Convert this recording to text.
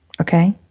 Okay